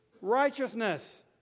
righteousness